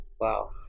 Wow